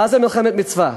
מה זו מלחמת מצווה?